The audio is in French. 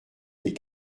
des